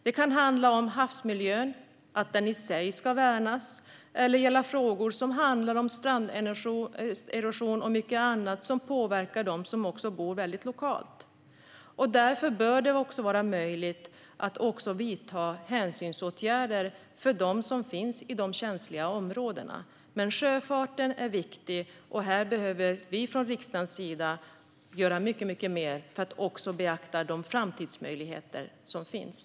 Det kan handla om att havsmiljö ska värnas eller gälla frågor som stranderosion och mycket annat som påverkar dem som bor lokalt. Därför bör det vara möjligt att vidta hänsynsåtgärder för dem som finns i de känsliga områdena. Sjöfarten är viktig. Här behöver vi göra mycket mer från riksdagens sida för att beakta de framtidsmöjligheter som finns.